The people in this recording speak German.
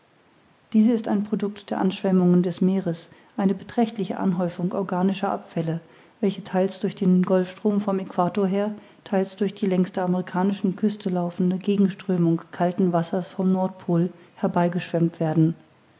diese ist ein product der